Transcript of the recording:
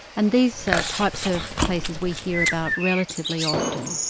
and these types of places we hear about relatively often.